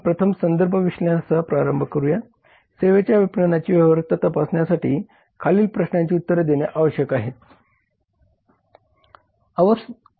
आपण प्रथम संदर्भ विश्लेषणासह प्रारंभ करूया सेवेच्या विपणनाची व्यवहार्यता तपासण्यासाठी खालील प्रश्नांची उत्तरे देणे आवश्यक आहे